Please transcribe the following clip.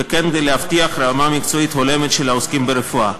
וכן להבטיח רמה מקצועית הולמת של העוסקים ברפואה.